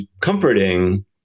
comforting